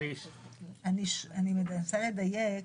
אני מנסה לדייק